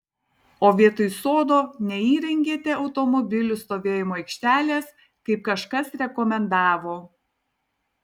o vietoj sodo neįrengėte automobilių stovėjimo aikštelės kaip kažkas rekomendavo